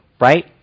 right